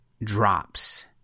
drops